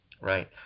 Right